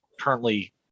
currently